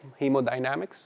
hemodynamics